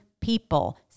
people